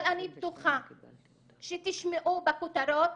אבל אני בטוחה שתשמעו בכותרות